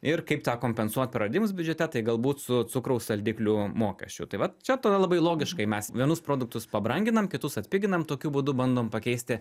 ir kaip tą kompensuot praradimus biudžete tai galbūt su cukraus saldiklių mokesčiu tai vat čia tada labai logiškai mes vienus produktus pabranginam kitus atpiginam tokiu būdu bandom pakeisti